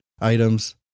Items